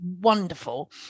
wonderful